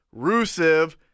Rusev